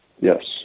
Yes